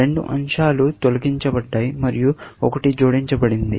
రెండు అంశాలు తొలగించబడ్డాయి మరియు ఒకటి జోడించబడింది